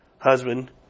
husband